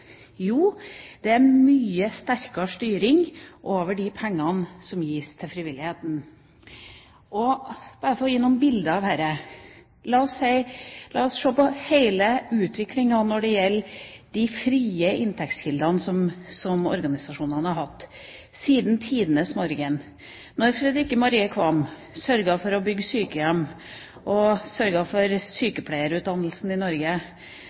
Jo, det er mye sterkere styring med de pengene som gis til frivilligheten. Bare for å gi noen bilder av dette: La oss se på hele utviklingen når det gjelder de frie inntektskildene som organisasjonene har hatt siden tidenes morgen. Da Fredrikke Marie Qvam sørget for å bygge sykehjem og sørget for sykepleierutdannelse i Norge,